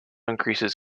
increases